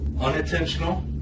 unintentional